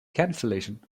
cancellation